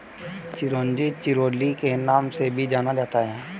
चिरोंजी चिरोली के नाम से भी जाना जाता है